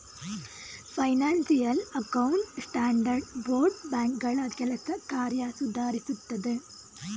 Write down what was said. financial account standard board ಬ್ಯಾಂಕ್ಗಳ ಕೆಲಸ ಕಾರ್ಯ ಸುಧಾರಿಸುತ್ತದೆ